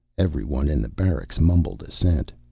everyone in the barracks mumbled assent.